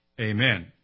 Amen